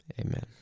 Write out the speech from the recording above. amen